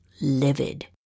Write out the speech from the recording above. livid